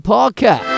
Parker